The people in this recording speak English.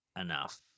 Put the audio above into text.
enough